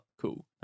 cool